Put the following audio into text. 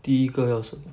第一个要什么